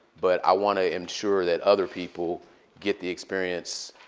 but i want to ensure that other people get the experience